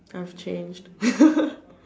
I've changed